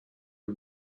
and